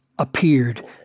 appeared